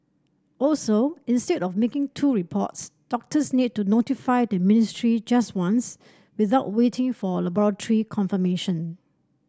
also instead of making two reports doctors need to notify the ministry just once without waiting for laboratory confirmation